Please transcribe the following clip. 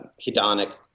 hedonic